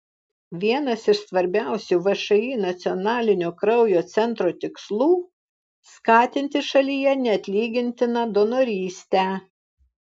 vienas iš svarbiausių všį nacionalinio kraujo centro tikslų skatinti šalyje neatlygintiną donorystę